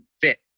fit